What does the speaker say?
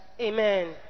Amen